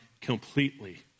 completely